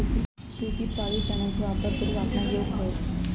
शेतीत पाळीव प्राण्यांचो वापर करुक आपणाक येउक हवो